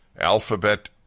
Alphabet